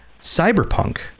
cyberpunk